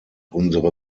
unsere